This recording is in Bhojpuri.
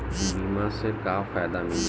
बीमा से का का फायदा मिली?